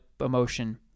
emotion